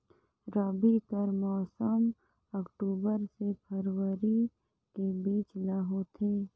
रबी कर मौसम अक्टूबर से फरवरी के बीच ल होथे